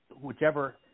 whichever